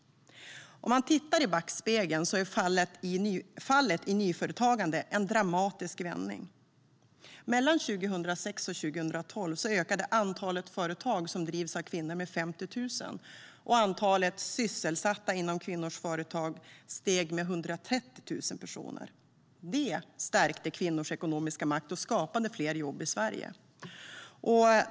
Om man tittar i backspegeln är fallet i nyföretagande en dramatisk vändning. Mellan 2006 och 2012 ökade antalet företag som drivs av kvinnor med 50 000, och antalet sysselsatta inom kvinnors företag steg med 130 000 personer. Det stärkte kvinnors ekonomiska makt och skapade fler jobb i Sverige.